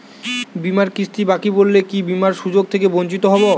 বিমার কিস্তি বাকি পড়লে কি বিমার সুযোগ থেকে বঞ্চিত হবো?